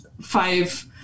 five